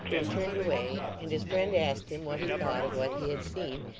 they turned away, and his friend asked him what he thought of what he had seen,